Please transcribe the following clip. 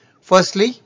Firstly